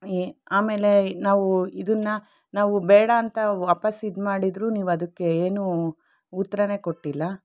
ಆಮೇಲೆ ನಾವು ಇದನ್ನ ನಾವು ಬೇಡ ಅಂತ ವಾಪಸ್ ಇದು ಮಾಡಿದ್ದರೂ ನೀವು ಅದಕ್ಕೆ ಏನೂ ಉತ್ತರನೇ ಕೊಟ್ಟಿಲ್ಲ